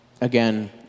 again